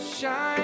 Shine